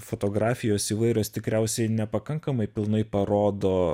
fotografijos įvairios tikriausiai nepakankamai pilnai parodo